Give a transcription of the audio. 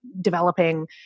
developing